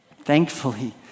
thankfully